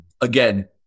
again